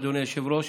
אדוני היושב-ראש,